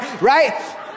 right